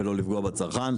ולא לפגוע בצרכן.